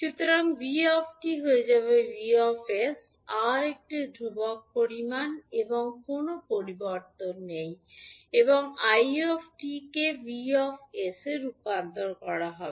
সুতরাং 𝑣 𝑡 হয়ে যাবে 𝑉 𝑠 R একটি ধ্রুবক পরিমাণ এবং কোনও পরিবর্তন নেই এবং 𝑖 𝑡 কে 𝑉 𝑠 তে রূপান্তর করা হবে